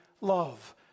love